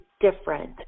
different